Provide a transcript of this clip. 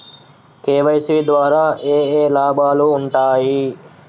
KYC ద్వారా ఏఏ లాభాలు ఉంటాయి?